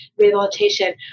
Rehabilitation